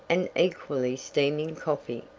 and equally steaming coffee.